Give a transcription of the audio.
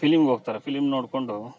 ಫಿಲಿಮ್ಗೆ ಹೋಗ್ತಾರೆ ಫಿಲಿಮ್ ನೋಡಿಕೊಂಡು